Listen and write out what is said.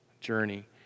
journey